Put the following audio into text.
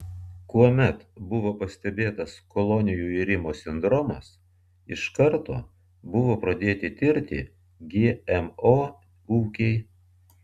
kuomet buvo pastebėtas kolonijų irimo sindromas iš karto buvo pradėti tirti gmo ūkiai